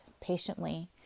patiently